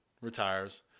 retires